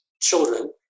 children